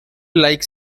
like